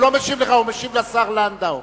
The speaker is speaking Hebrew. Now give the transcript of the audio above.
הוא לא משיב לך, הוא משיב לשר לנדאו.